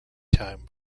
time